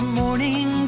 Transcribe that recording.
morning